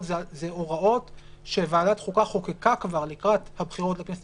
זה הוראות שוועדת החוקה כבר חוקקה לקראת הבחירות לכנסת